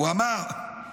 הוא אמר: